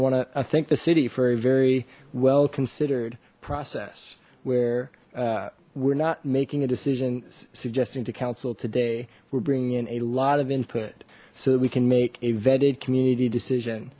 want to thank the city for a very well considered process where we're not making a decision suggesting to council today we're bringing in a lot of input so that we can make a vetted community decision